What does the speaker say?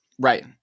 right